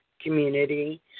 community